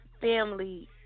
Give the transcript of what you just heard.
family